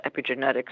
epigenetics